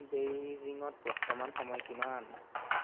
বেইজিঙত বৰ্তমান সময় কিমান